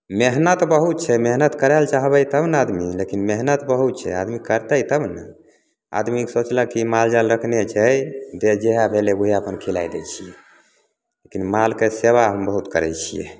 मेहनत बहुत छै मेहनत करै लऽ चाहबै तब ने आदमी लेकिन मेहनत बहुत छै आदमी करतै तब ने आदमी सोचलक की माल जाल रखने छै दे जहए भेलै ओएह अपन खिलाए दै छियै लेकिन मालके सेबा हम बहुत करैत छियै